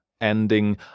ending